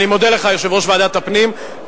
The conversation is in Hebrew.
אני מודה לך, יושב-ראש ועדת הפנים.